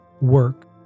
work